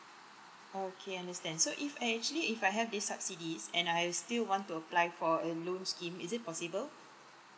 okay understand so if I actually if I have these subsidies and I still want to apply for a loan scheme is it possible